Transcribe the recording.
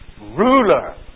ruler